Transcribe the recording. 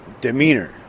demeanor